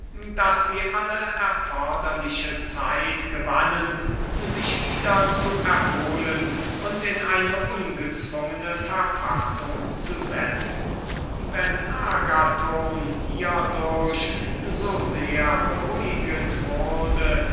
daß sie alle erforderliche zeit gewannen sich wieder zu erholen und sich in eine ungezwungene verfassung zu setzen wenn agathon hiedurch so sehr beruhigst